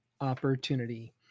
opportunity